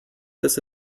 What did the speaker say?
this